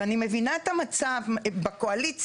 אני מבינה את המצב בקואליציה,